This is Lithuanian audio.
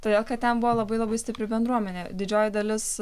todėl kad ten buvo labai labai stipri bendruomenė didžioji dalis